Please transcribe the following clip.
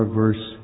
verse